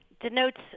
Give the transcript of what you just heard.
denotes